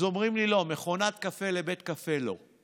אז אומרים לי: לא, מכונת קפה לבית קפה, לא.